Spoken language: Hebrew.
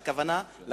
הכוונה,